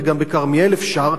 וגם בכרמיאל אפשר.